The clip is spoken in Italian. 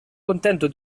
contento